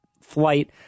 flight